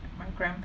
my grandparents